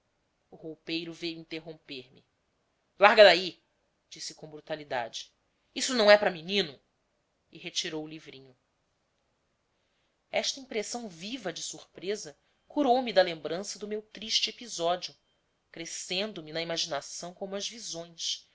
o roupeiro veio interromper me larga daí disse com brutalidade isso não é para menino e retirou o livrinho esta impressão viva de surpresa curou me da lembrança do meu triste episódio crescendo na imaginação como as visões